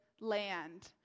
land